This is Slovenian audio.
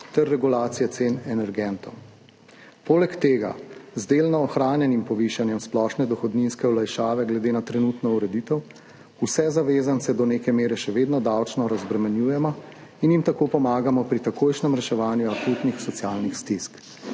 ter regulacije cen energentov. Poleg tega z delno ohranjenim povišanjem splošne dohodninske olajšave glede na trenutno ureditev vse zavezance do neke mere še vedno davčno razbremenjujemo in jim tako pomagamo pri takojšnjem reševanju akutnih socialnih stisk,